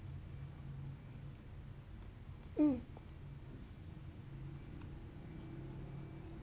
hmm